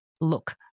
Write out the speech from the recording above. look